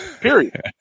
period